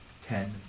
ten